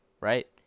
right